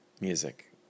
music